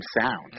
sound